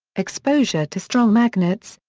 exposure to strong magnets,